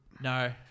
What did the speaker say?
No